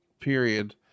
period